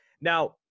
now